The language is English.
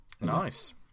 Nice